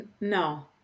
No